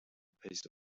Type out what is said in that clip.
piece